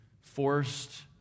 forced